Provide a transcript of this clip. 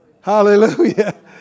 Hallelujah